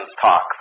talk